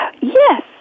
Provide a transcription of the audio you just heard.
Yes